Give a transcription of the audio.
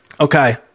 Okay